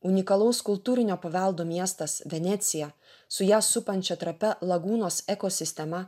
unikalaus kultūrinio paveldo miestas venecija su ją supančia trapia lagūnos ekosistema